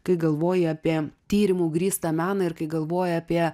kai galvoji apie tyrimu grįstą meną ir kai galvoji apie